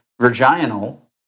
virginal